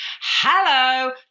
Hello